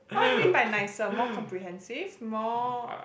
what you mean by nicer more comprehensive more